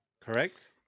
Correct